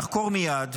לחקור מייד,